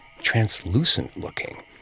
translucent-looking